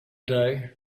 day